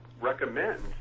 recommend